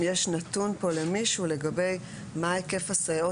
אם יש נתון פה למישהו לגבי מה היקף הסייעות